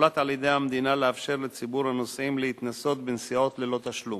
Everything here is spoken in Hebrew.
הוחלט על-ידי המדינה לאפשר לציבור הנוסעים להתנסות בנסיעות ללא תשלום.